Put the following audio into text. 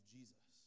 Jesus